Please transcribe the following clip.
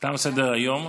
תם סדר-היום.